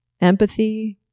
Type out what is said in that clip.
empathy